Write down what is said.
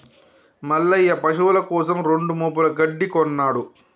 మల్లయ్య పశువుల కోసం రెండు మోపుల గడ్డి కొన్నడు